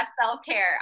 self-care